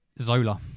Zola